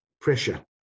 pressure